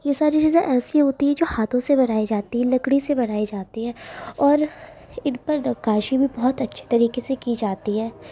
یہ ساری چیزیں ایسی ہوتی ہے جو ہاتھو سے بنائی جاتی ہے لکڑی سے بنائی جاتی ہے اور ان پر نقاشی بھی بہت اچھے طریقے سے کی جاتی ہے